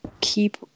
keep